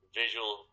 visual